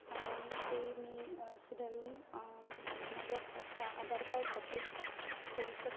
आणि ते मी सुधारून माझं प अ आधार कार्ड अपडेट करू शकते